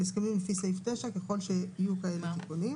ולהסכמים לפי סעיף 9. ככל שיהיו כאלה תיקונים.